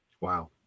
Wow